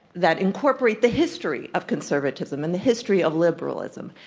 that incorporate the history of conservatism and the history of liberalism.